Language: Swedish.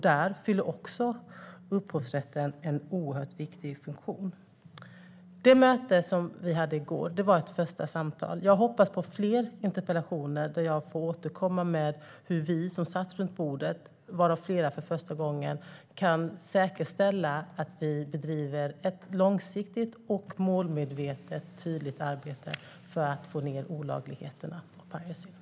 Där fyller upphovsrätten en oerhört viktig funktion. Det möte som vi hade i går var ett första samtal. Jag hoppas på fler interpellationer där jag får återkomma med hur vi som satt runt bordet, varav flera för första gången, kan säkerställa att vi bedriver ett långsiktigt och målmedvetet tydligt arbete för att minska mängden olagligheter och denna piracy.